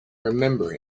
remember